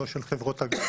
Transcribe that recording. לא של חברות הגז.